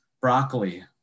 broccoli